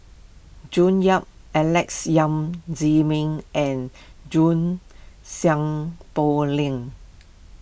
June Yap Alex Yam Ziming and June Sng Poh Leng